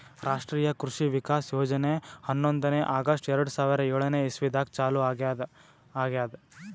ರಾಷ್ಟ್ರೀಯ ಕೃಷಿ ವಿಕಾಸ್ ಯೋಜನೆ ಹನ್ನೊಂದನೇ ಆಗಸ್ಟ್ ಎರಡು ಸಾವಿರಾ ಏಳನೆ ಇಸ್ವಿದಾಗ ಚಾಲೂ ಆಗ್ಯಾದ ಆಗ್ಯದ್